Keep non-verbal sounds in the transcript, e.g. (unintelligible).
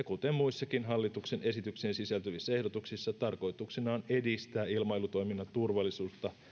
(unintelligible) kuten muissakin hallituksen esitykseen sisältyvissä ehdotuksissa tarkoituksena on edistää ilmailutoiminnan turvallisuutta